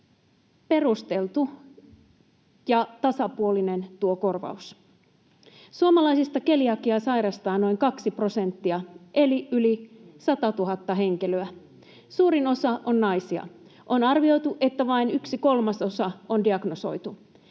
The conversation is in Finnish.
perusteltu ja tasapuolinen tuo korvaus. Suomalaisista keliakiaa sairastaa noin kaksi prosenttia eli yli 100 000 henkilöä. Suurin osa on naisia. On arvioitu, että vain yksi kolmasosa on diagnosoitu.